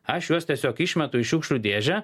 aš juos tiesiog išmetu į šiukšlių dėžę